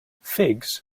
figs